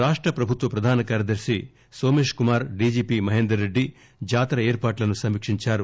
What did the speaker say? రాష్ట ప్రభుత్వ ప్రధాన కార్యదర్ని నోమేష్ కుమార్ డీజీపీ మహేందర్ రెడ్డి జాతర ఏర్పాట్లను సమీకించారు